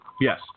Yes